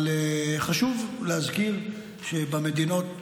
אבל חשוב להזכיר שבמדינות הללו,